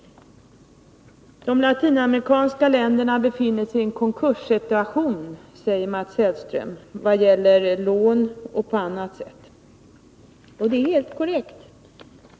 De latinamerikanska länderna befinner sig i en konkurssituation när det gäller lån och på annat sätt, säger Mats Hellström. Det är helt korrekt.